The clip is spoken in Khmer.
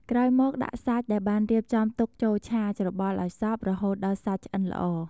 ក្រោយមកដាក់សាច់ដែលបានរៀបចំទុកចូលឆា ច្របល់ឱ្យសព្វ រហូតដល់សាច់ឆ្អិនល្អ។